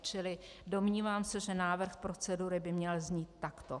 Čili domnívám se, že návrh procedury by měl znít takto: